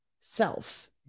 self